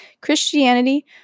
Christianity